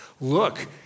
look